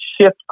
shift